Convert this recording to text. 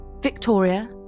Victoria